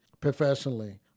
professionally